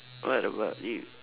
what about you